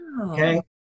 okay